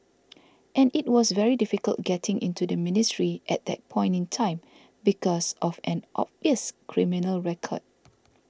and it was very difficult getting into the ministry at that point in time because of an obvious criminal record